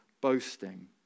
boasting